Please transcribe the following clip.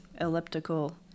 elliptical